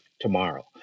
tomorrow